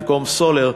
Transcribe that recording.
במקום סולר,